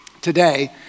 today